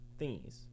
Thingies